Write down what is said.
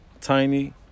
tiny